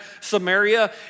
Samaria